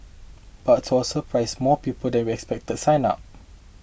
but to our surprise more people than we expected signed up